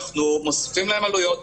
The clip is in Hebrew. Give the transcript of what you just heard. אנחנו מוסיפים להם עלויות,